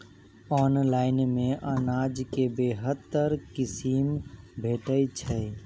Online मे अनाज केँ बेहतर किसिम भेटय छै?